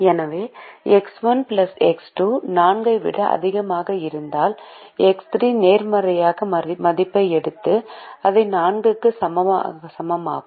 எனவே x 1 x 2 4 ஐ விட அதிகமாக இருந்தால் எக்ஸ் 3 நேர்மறையான மதிப்பை எடுத்து அதை 4 க்கு சமமாக்கும்